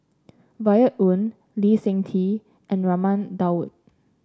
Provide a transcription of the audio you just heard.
Violet Oon Lee Seng Tee and Raman Daud